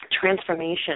transformation